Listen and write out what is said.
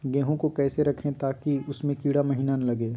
गेंहू को कैसे रखे ताकि उसमे कीड़ा महिना लगे?